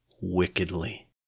wickedly